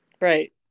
Right